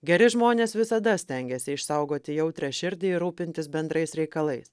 geri žmonės visada stengiasi išsaugoti jautrią širdį ir rūpintis bendrais reikalais